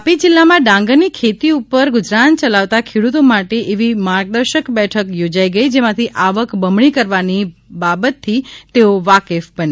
તાપી જિલ્લામાં ડાંગરની ખેતી ઉપર ગુજરાન ચલાવતા ખેડૂતો માટે એવી માર્ગદર્શન બેઠક યોજાઈ ગઈ જેમાંથી આવક બમણી કરવાની બાબતથી તેઓ વાકેફ બને